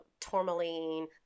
tourmaline